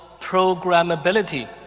programmability